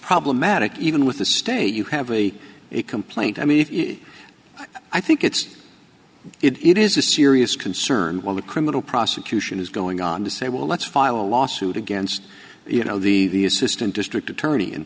problematic even with the state you have a complaint i mean if i think it's it is a serious concern well the criminal prosecution is going on to say well let's file a lawsuit against you know the the assistant district attorney